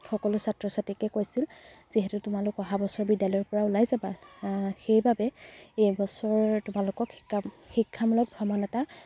সকলো ছাত্ৰ ছাত্ৰীকে কৈছিল যিহেতু তোমালোক অহা বছৰ বিদ্যালয়ৰপৰা ওলাই যাবা সেইবাবে এইবছৰ তোমালোকক শিক্ষামূলক ভ্ৰমণ এটা